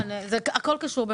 הכול קשור.